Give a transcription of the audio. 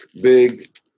Big